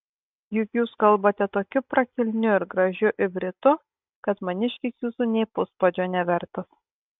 juk jūs kalbate tokiu prakilniu ir gražiu ivritu kad maniškis jūsų nė puspadžio nevertas